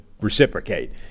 reciprocate